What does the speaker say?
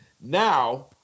now